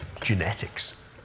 genetics